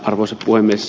arvoisa puhemies